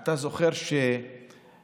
אתה זוכר שבהסכם